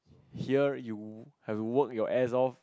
here you have to work your ass off